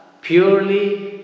purely